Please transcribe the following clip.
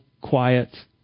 quiet